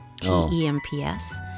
T-E-M-P-S